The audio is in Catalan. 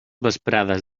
vesprades